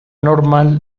normal